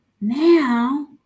now